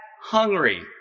hungry